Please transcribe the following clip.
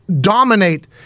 dominate